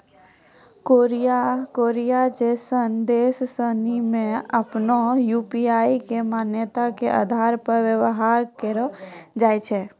Korea जैसन देश सनि मे आपनो यू.पी.आई के मान्यता के आधार पर व्यवहार कैलो जाय छै